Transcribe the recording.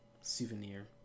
souvenir